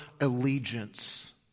allegiance